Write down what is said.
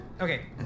Okay